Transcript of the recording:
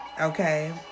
okay